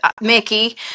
Mickey